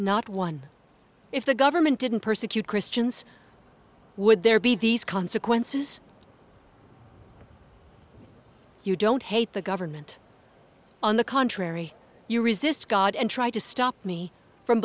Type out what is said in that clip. not one if the government didn't persecute christians would there be these consequences you don't hate the government on the contrary you resist god and try to stop me from